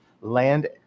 land